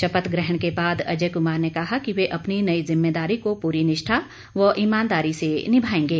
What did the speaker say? शपथ ग्रहण के बाद अजय कमार ने कहा कि वे अपनी नई जिम्मेदारी को पूरी निष्ठा व ईमानदारी से निभाएंगे